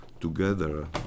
together